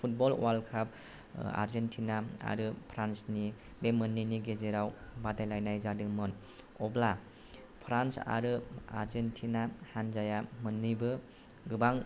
football world cup Argentina आरो फ्रान्सनि बे मोननैनि गेजेराव बादिलायनाय जादोंमोन अब्ला फ्रान्स आरो आर्जेनटिना हानजाया मोननैबो गोबां